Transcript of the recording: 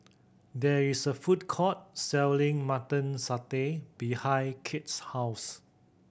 there is a food court selling Mutton Satay behind Kade's house